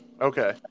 Okay